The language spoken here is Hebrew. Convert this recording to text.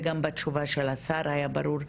וגם מהתשובה של השר היה ברור,